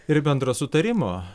ir bendro sutarimo